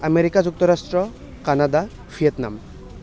America যুক্তৰাষ্ট্ৰ Canada Vietnam